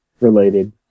related